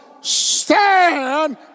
stand